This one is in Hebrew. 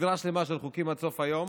סדרה שלמה של חוקים עד סוף היום.